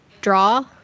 draw